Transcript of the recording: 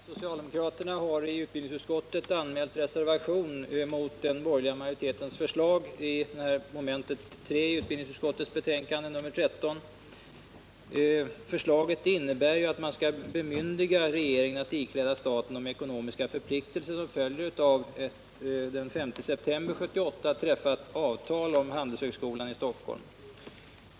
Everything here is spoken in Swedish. Herr talman! Socialdemokraterna i utbildningsutskottet har anmält reservation mot den borgerliga majoritetens förslag i mom. 3 i utskottets betänkande nr 13. Förslaget innebär att riksdagen skall bemyndiga regeringen att ikläda staten de ekonomiska förpliktelser som följer av ett den 5 september 1978 träffat avtal om Handelshögskolan i Stockholm.